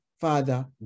Father